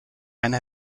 eine